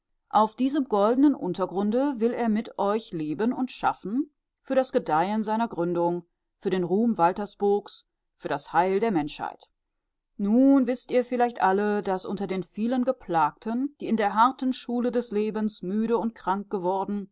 auf diesem goldenen untergrunde will er mit euch leben und schaffen für das gedeihen seiner gründung für den ruhm waltersburgs für das heil der menschheit nun wißt ihr vielleicht alle daß unter den vielen geplagten die in der harten schule des lebens müde und krank geworden